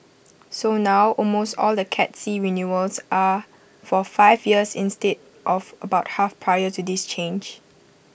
so now almost all the cat C renewals are for five years instead of about half prior to this change